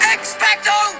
Expecto